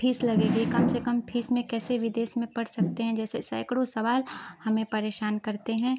fees लगेगी कम से कम फीस में कैसे विदेश में पढ़ सकते हैं जैसे सैंकड़ों सवाल हमें परेशान करते हैं